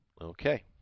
Okay